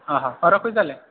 ହଁ ହଉ ହଉ ରଖୁଛି ତା'ହେଲେ